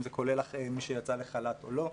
ואם זה כולל מי שיצא לחל"ת או לא.